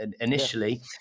initially